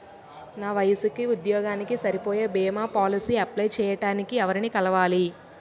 నా వయసుకి, ఉద్యోగానికి సరిపోయే భీమా పోలసీ అప్లయ్ చేయటానికి ఎవరిని కలవాలి?